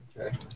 Okay